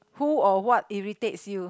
who or what irritates you